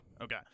Okay